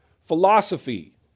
Philosophy